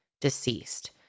deceased